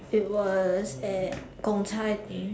it was at Gong-Cha I think